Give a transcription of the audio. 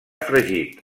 fregit